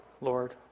Lord